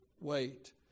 wait